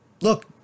look